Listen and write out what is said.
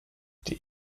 die